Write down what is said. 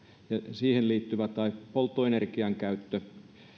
siihen liittyvä tai polttoenergian käyttö